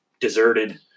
deserted